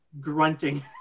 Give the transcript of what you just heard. grunting